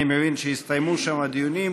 אני מבין שהסתיימו שם הדיונים,